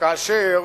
כאשר